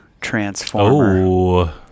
Transformer